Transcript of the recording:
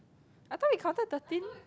I thought we counted thirteen